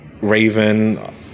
Raven